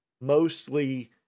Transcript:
mostly